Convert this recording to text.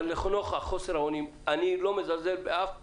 אך נוכח חוסר האונים, אני לא מזלזל באף פקיד,